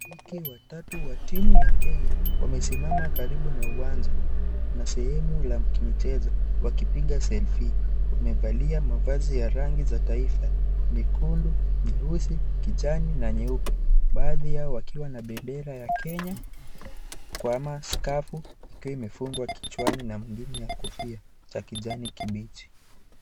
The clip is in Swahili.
Mashabiki watatu wa timu ya kenya, wamesimama karibu na uwanja na sehemu la kimichezo. Wakipiga selfie . Wamevalia mavazi za rangi za taifa. Nyekundu, nyeusi, kijani na nyeupe. Baadhi yao wakiwa na bendera ya kenya, kwa maskafu, ikiwa imefungwa kichwani na wengine ya kofia cha kijani kibichi.